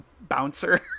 bouncer